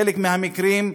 בחלק מהמקרים,